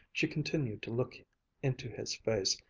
she continued to look into his face,